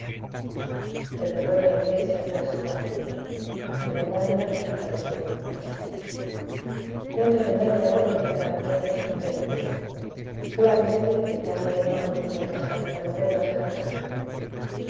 el reloj de la iglesia dio las cuatro y romualda dijo al oírlo a cecilia dentro de media hora empieza la novena a san pedro ve a vestirte y tráeme el manto y el rosario cuando vuelvas hacia acá